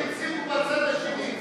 שהציגו בצד השני.